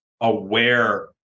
aware